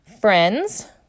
friends